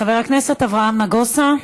חבר הכנסת אברהם נגוסה,